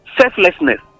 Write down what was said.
selflessness